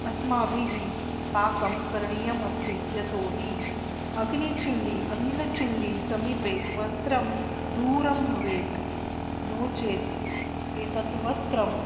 अस्माभिः पाकं करणीयम् अस्ति यतोहि अग्निछुल्ली अनीलचुल्ली समीपे वस्त्रं दूरं भवेत् नो चेत् एतत् वस्त्रं